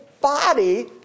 body